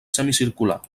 semicircular